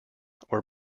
were